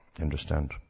understand